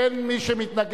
אין מי שמתנגד,